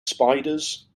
spiders